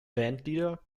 bandleader